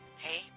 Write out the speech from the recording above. hey